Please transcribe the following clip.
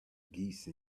geese